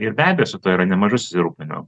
ir be abejo su tuo yra nemažai susirūpinimo